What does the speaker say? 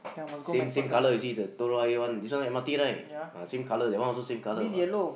same same colour you see the Telok-Ayer one this one M_R_T right ah same colour that one also same colour what